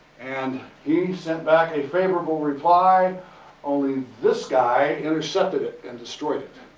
and he sent back a favorable reply only, this guy intercepted it and destroyed it.